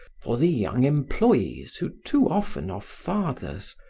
for the young employes who too often are fathers,